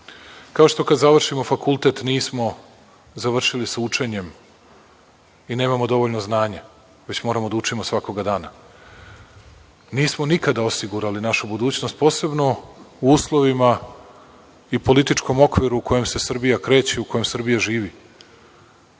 kao što kada završimo fakultet nismo završili sa učenjem i nemamo dovoljno znanja, već moramo da učimo svakoga dana. Nismo nikada osigurali našu budućnost, posebno u uslovima i političkom okviru u kojem se Srbija kreće, u kojem Srbija živi. Mi